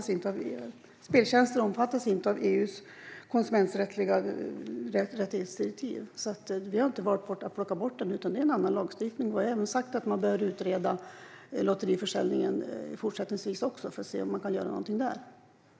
Speltjänster omfattas inte av EU:s konsumenträttsliga direktiv, så vi har inte valt att plocka bort dem, utan det handlar om en annan lagstiftning. Vi har även sagt att man bör utreda lotteriförsäljningen för att se om man kan göra någonting där.